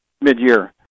mid-year